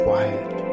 Quiet